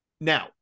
Now